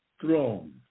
throne